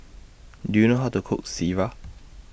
Do YOU know How to Cook Sireh